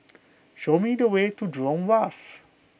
show me the way to Jurong Wharf